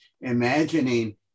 imagining